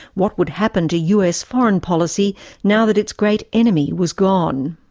what would happen to us foreign policy now that its great enemy was gone?